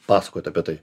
pasakot apie tai